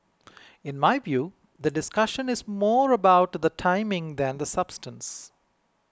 in my view the discussion is more about the timing than the substance